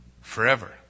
forever